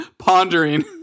Pondering